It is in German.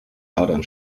adern